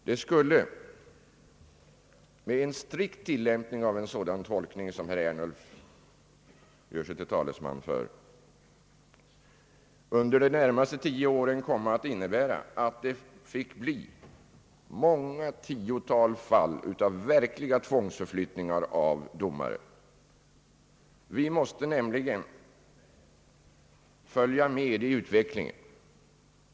Det skulle med en strikt tillämpning av en sådan tolkning som herr Ernulf gör sig till talesman för under de närmaste tio åren komma att innebära många tiotal fall av verkliga tvångsförflyttningar av domare. Vi måste nämligen följa med i utvecklingen.